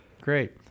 Great